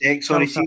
sorry